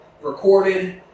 recorded